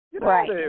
Right